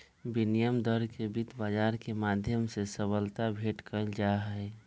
विनिमय दर के वित्त बाजार के माध्यम से सबलता भेंट कइल जाहई